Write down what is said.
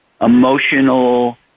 emotional